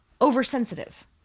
oversensitive